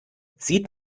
sieht